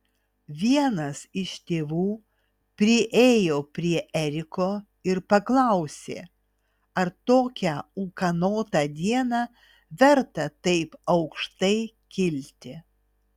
vienas iš tėvų priėjo prie eriko ir paklausė ar tokią ūkanotą dieną verta taip aukštai kilti